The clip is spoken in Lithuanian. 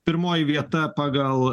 pirmoji vieta pagal